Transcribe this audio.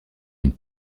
une